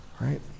right